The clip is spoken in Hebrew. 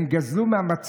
הוא בעצמו לא יודע מה הוא.